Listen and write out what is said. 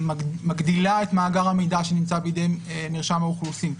שמגדילה את מאגר המידע שנמצא בידי מרשם האוכלוסין,